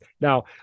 Now